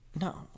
No